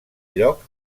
lloc